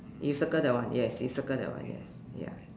you circle that one yes you circle that one yes ya